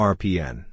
RPN